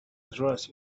address